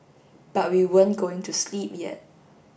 but we weren't going to sleep yet